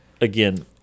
again